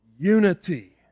Unity